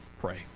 pray